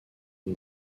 une